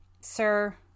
sir